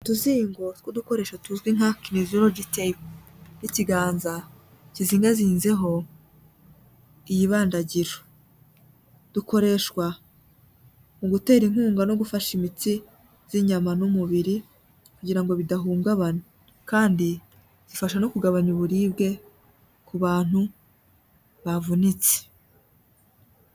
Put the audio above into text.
Utuzingo tw'udukoresho tuzwi nka kiniziyorogite, n'ikiganza kizingazinzeho iyi bandagiro, dukoreshwa mu gutera inkunga no gufasha imiti z'inyama n'umubiri, kugira ngo bidahungabana. Kandi bifasha no kugabanya uburibwe, ku bantu bavunitse.